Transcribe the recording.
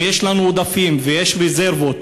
אם יש לנו עודפים ויש רזרבות,